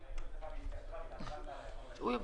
מועלמי, בבקשה.